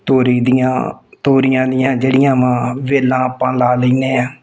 ਤੋਰੀ ਦੀਆਂ ਤੋਰੀਆਂ ਦੀਆਂ ਜਿਹੜੀਆਂ ਵਾ ਵੇਲਾਂ ਆਪਾਂ ਲਾ ਲੈਂਦੇ ਹਾਂ